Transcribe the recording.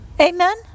Amen